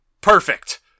perfect